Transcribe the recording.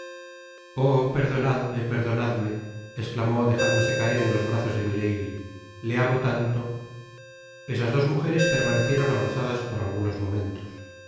oh perdonadme i perdonadme esclamó dejándose caer en los brazos de milady le amo tanto i esas dos mujeres permanecieron abrazadas por algunos momentos